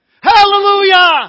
Hallelujah